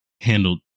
handled